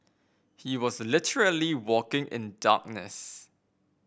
he was literally walking in darkness